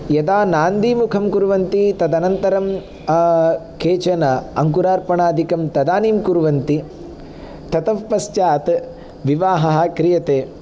यदा नान्दीमुखं कुर्वन्ति तदनन्तरं केचन अङ्कुरार्पणादिकं तदानीं कुर्वन्ति ततः पश्चात् विवाहः क्रियते